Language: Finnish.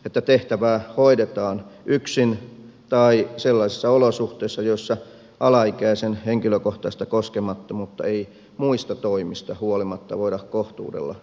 että tehtävää hoidetaan yksin tai sellaisissa olosuhteissa joissa alaikäisen henkilökohtaista koskemattomuutta ei muista toimista huolimatta voida kohtuudella turvata